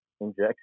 injection